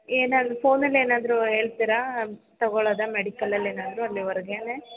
ಏನಾದ್ರು ಫೋನಲ್ಲಿ ಏನಾದರೂ ಹೇಳ್ತೀರಾ ತೊಗೋಳೋದ ಮೆಡಿಕಲ್ಲಲ್ಲಿ ಏನಾದರು ಅಲ್ಲೀವರ್ಗೆ